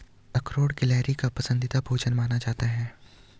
अखरोट गिलहरी का पसंदीदा भोजन माना जाता है